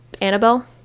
annabelle